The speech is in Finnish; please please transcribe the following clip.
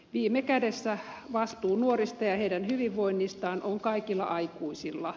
viime kädessä vastuu nuorista ja heidän hyvinvoinnistaan on kaikilla aikuisilla